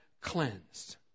cleansed